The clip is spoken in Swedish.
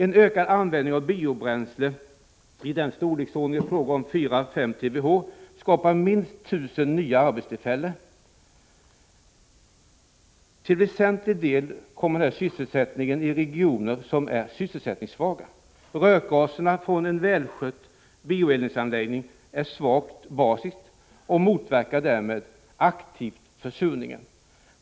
En ökad användning av biobränslen i storleksordningen 4-5 TWh skapar minst 1000 nya arbetstillfällen, till väsentlig del i sysselsättningssvaga regioner. Rökgaserna från en välskött bioeldningsanläggning är svagt basiska och motverkar därmed aktivt försurning.